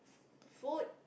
food